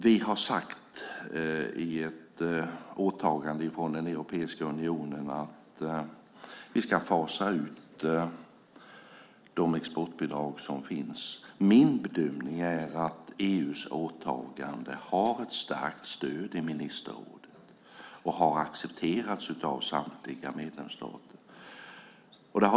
Vi har sagt i ett åtagande från Europeiska unionen att vi ska fasa ut exportbidragen. Min bedömning är att EU:s åtagande har ett starkt stöd i ministerrådet och har accepterats av samtliga medlemsstater.